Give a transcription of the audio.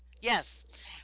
Yes